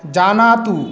जानातु